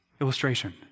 Illustration